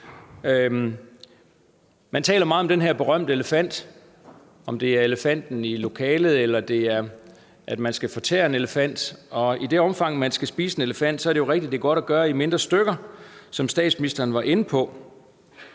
Man taler meget om den her berømte elefant, hvad enten det er en elefant i lokalet, eller det er, at man skal fortære en elefant – og hvis man skal spise en elefant, er det jo rigtigt, at det er godt at skære den i mindre stykker, sådan som statsministeren var inde på.